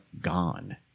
gone